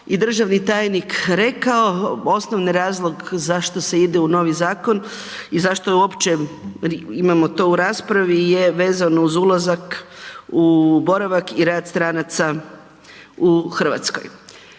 i državni tajnik rekao, osnovni razlog zašto se ide u novi zakon i zašto je uopće imamo to u raspravi je vezano uz ulazak u boravak i rad stranaca u RH.